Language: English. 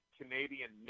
Canadian